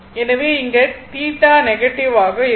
எனவே இங்கே θ நெகட்டிவ் ஆகும்